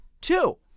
Two